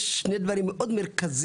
יש שני דברים מאוד מרכזיים,